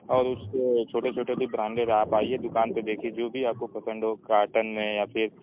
اور اس کے چھوٹے چھوٹے بھی برانڈیڈ آپ آئیے دکان پہ دیکھیے جو بھی آپ کو پسند ہو کاٹن میں یا پھر